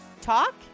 talk